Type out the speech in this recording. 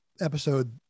episode